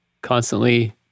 constantly